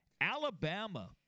Alabama